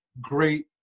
great